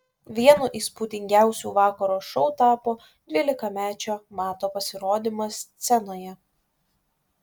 vienu įspūdingiausių vakaro šou tapo dvylikamečio mato pasirodymas scenoje